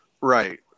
Right